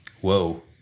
Whoa